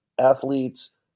athletes